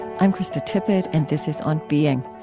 i'm krista tippett and this is on being.